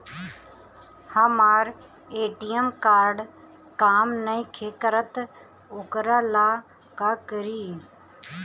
हमर ATM card काम नईखे करत वोकरा ला का करी?